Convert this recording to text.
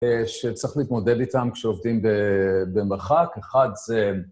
שצריך להתמודד איתם כשעובדים במרחק, אחד זה...